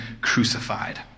crucified